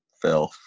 Phil